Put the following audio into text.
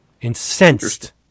Incensed